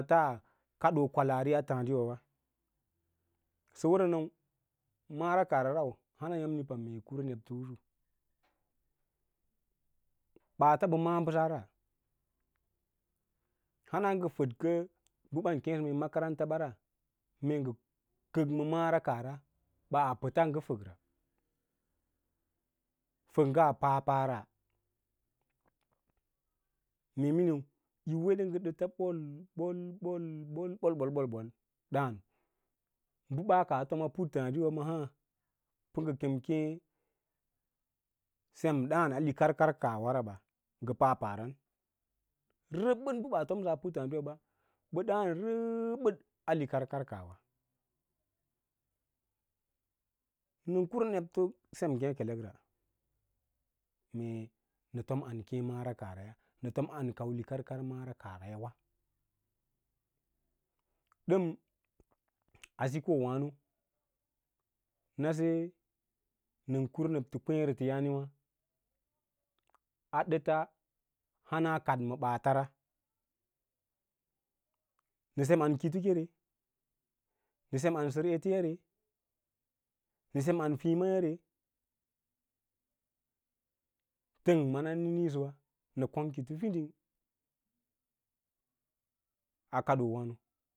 Taa kaɗoo kwallaria puttaãɗiwawa sə wərə nəu mara kaahara rau hanayàmni pam mee yi kura nebto usu, ɓaats ɓə maꞌa bəsaa ra, hana ngə fəd kə bə ban kěěsə mee makaranta ɓare mee ngə kək ma mara kaahra ɓaa pəta ngə fək ra, fəg ꞌngaa papara mee miniu yin weɗa ngə ɗəta ɓol ɓol, ɓol, ɓol, ɓol, ɓol ɓol-ɓol ɓōl ɓōl dǎǎn bə ɓaa ka tomaa putɗiwa maa pə ngə kem keẽ sem dǎǎn a likarkar kaahwa raɓa ngə pa pavan rəbəd mbə ban tomsə a puttaa diwa ba. Nən kina nebto sem ngěkelekra, nə tom an keẽ nfara kaahraya nətom aru kau kau likarkar mara kaahrayawa ɗən a sikoo wa’no nabe nən kime nebto kweē rete yanewa a dətə hans kaɗ ma ɓaatara nəsem an koto kere nə sem an sər eteyane nə sem an fíí yare təng mana nə níĩ́səwa nə kon kíto fiding a kadoowano.